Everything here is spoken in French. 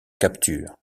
capture